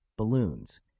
Balloons